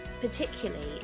particularly